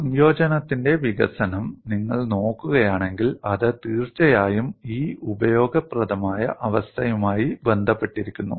സംയോജനത്തിന്റെ വികസനം നിങ്ങൾ നോക്കുകയാണെങ്കിൽ അത് തീർച്ചയായും ഈ ഉപയോഗപ്രദമായ അവസ്ഥയുമായി ബന്ധപ്പെട്ടിരിക്കുന്നു